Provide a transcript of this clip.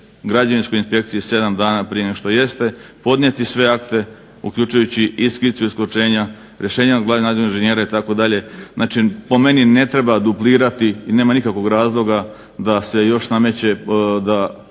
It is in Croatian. Građevinskoj inspekciji sedam dana prije nego što jeste podnijeti sve akte uključujući i skicu isključenja rješenja glavnog inženjera itd. Znači, po meni te treba duplirati i nema nikakvog razloga da se još nameće, da